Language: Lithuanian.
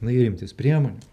na ir imtis priemonių